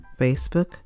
Facebook